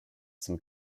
some